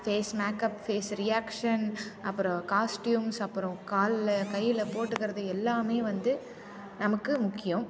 face makeup face reaction அப்புறம் costumes அப்புறம் கால்ல கையில் போட்டுக்கிறது எல்லாமே வந்து நமக்கு முக்கியம்